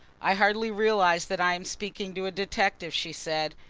i hardly realise that i am speaking to a detective, she said,